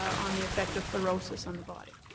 on the effect of fluorocies on the body?